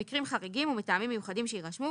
במקרים חריגים ומטעמים מיוחדים שיירשמו,